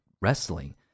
wrestling